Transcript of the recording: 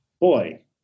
boy